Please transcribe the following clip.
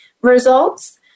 results